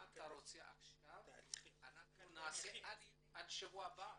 מה אתה רוצה עכשיו שנעשה עד השבוע הבא?